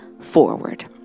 forward